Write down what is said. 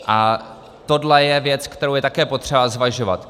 A tohle je věc, kterou je také potřeba zvažovat.